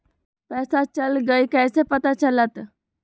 पैसा चल गयी कैसे पता चलत?